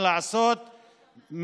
מה לעשות,